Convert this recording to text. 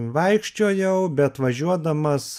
vaikščiojau bet važiuodamas